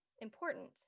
important